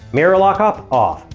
mirror lockup. off.